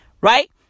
Right